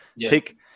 take